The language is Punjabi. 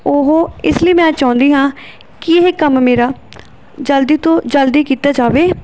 ਉਹ ਇਸ ਲਈ ਮੈਂ ਚਾਹੁੰਦੀ ਹਾਂ ਕਿ ਇਹ ਕੰਮ ਮੇਰਾ ਜਲਦੀ ਤੋਂ ਜਲਦੀ ਕੀਤਾ ਜਾਵੇ